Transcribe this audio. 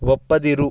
ಒಪ್ಪದಿರು